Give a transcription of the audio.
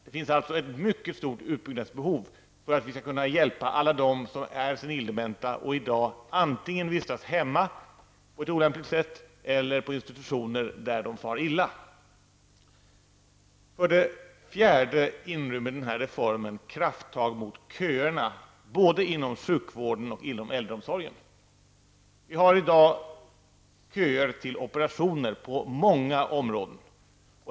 Det finns alltså ett mycket stort behov av utbyggnad för att vi skall kunna hjälpa alla dem som är senildementa och i dag antingen vistas hemma på ett olämpligt sätt eller på institutioner där de far illa. För det fjärde inrymmer denna reform krafttag mot köerna både inom sjukvården och inom äldreomsorgen. Vi har i dag köer till operationer på många områden.